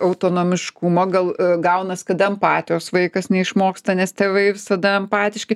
autonomiškumo gal gaunas kad empatijos vaikas neišmoksta nes tėvai visada empatiški